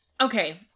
Okay